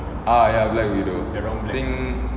ah ya black widow I think